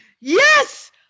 Yes